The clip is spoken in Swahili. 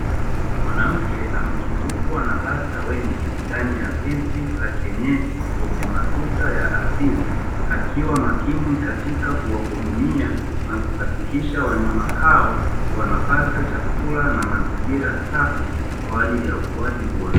Mwanamke amezungukwa na bata wengi ndani ya zizi la kienyeji lenye matuta ya asili, akiwa makini katika kuwahudumia na kuhakikisha wanyama hao wanapata chakula na mazingira safi kwa ajili ya ukuaji bora.